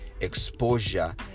exposure